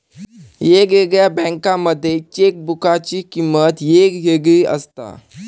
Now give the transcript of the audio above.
येगयेगळ्या बँकांमध्ये चेकबुकाची किमंत येगयेगळी असता